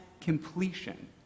completion